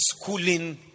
schooling